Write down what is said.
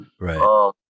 Right